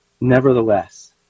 Nevertheless